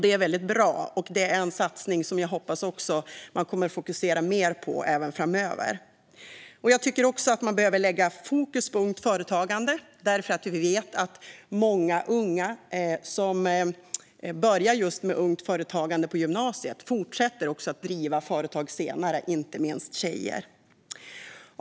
Det är bra, och detta är en satsning som jag hoppas att man kommer att fokusera mer på även framöver. Jag tycker också att man behöver sätta fokus på Ung Företagsamhet, för vi vet att många unga som börjar med detta på gymnasiet fortsätter att driva företag senare. Det gäller inte minst tjejer.